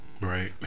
Right